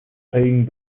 playing